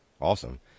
Awesome